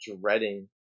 dreading